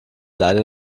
leider